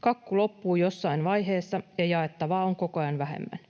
Kakku loppuu jossain vaiheessa, ja jaettavaa on koko ajan vähemmän.